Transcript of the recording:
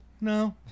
No